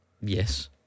Yes